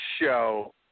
show